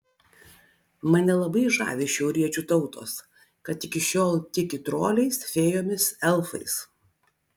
mane labai žavi šiauriečių tautos kad iki šiol tiki troliais fėjomis elfais